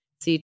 see